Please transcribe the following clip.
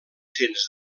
cents